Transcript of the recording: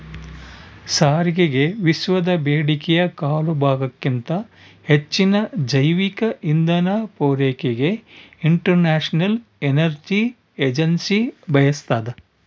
ಸಾರಿಗೆಗೆವಿಶ್ವದ ಬೇಡಿಕೆಯ ಕಾಲುಭಾಗಕ್ಕಿಂತ ಹೆಚ್ಚಿನ ಜೈವಿಕ ಇಂಧನ ಪೂರೈಕೆಗೆ ಇಂಟರ್ನ್ಯಾಷನಲ್ ಎನರ್ಜಿ ಏಜೆನ್ಸಿ ಬಯಸ್ತಾದ